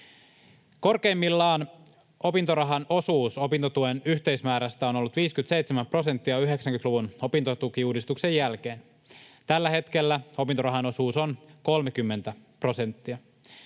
Korkeimmillaan opintorahan osuus opintotuen yhteismäärästä on ollut 57 prosenttia 90-luvun opintotukiuudistuksen jälkeen. Tällä hetkellä opintorahan osuus on 30 prosenttia.